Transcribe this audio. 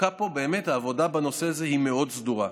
דווקא פה העבודה בנושא זה היא מאוד סדורה.